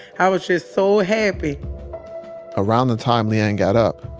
i was just so happy around the time le-ann got up,